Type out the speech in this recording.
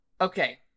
Okay